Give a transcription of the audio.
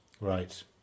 Right